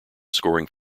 scoring